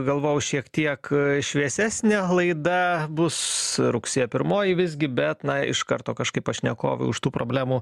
galvojau šiek tiek šviesesnė laida bus rugsėjo pirmoji visgi bet na iš karto kažkaip pašnekovai už tų problemų